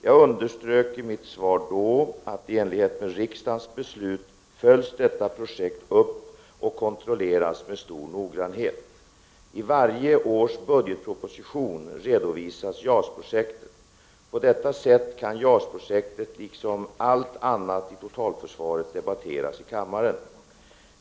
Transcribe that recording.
Jag underströk i mitt svar då att i enlighet med riksdagens beslut följs detta projekt upp och kontrolleras med stor noggrannhet. I varje års budgetproposition redovisas JAS-projektet. På detta sätt kan JAS-projektet liksom allt annat i totalförsvaret debatteras i kammaren.